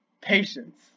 patience